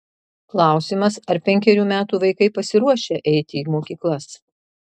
klausimas ar penkerių metų vaikai pasiruošę eiti į mokyklas